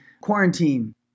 quarantine